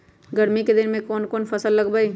गर्मी के दिन में कौन कौन फसल लगबई?